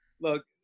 look